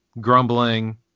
grumbling